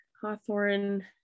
Hawthorne